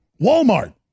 Walmart